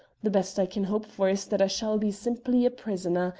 the best i can hope for is that i shall be simply a prisoner,